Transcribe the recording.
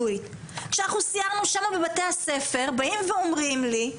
כשאנחנו סיירנו שם בבתי הספר באים ואומרים לי,